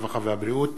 הרווחה והבריאות,